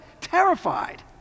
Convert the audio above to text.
Terrified